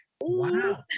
Wow